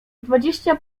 dwadzieścia